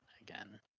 again